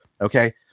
Okay